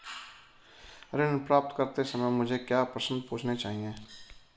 ऋण प्राप्त करते समय मुझे क्या प्रश्न पूछने चाहिए?